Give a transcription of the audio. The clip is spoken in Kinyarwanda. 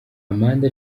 amande